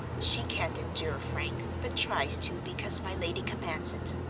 she can't endure frank, but tries to because my lady commands it.